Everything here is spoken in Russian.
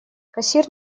кассир